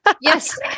Yes